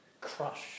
crush